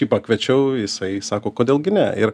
jį pakviečiau jisai sako kodėl gi ne ir